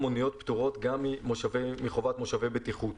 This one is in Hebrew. מוניות פטורות גם מחובת מושבי בטיחות.